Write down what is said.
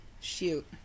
Shoot